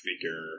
figure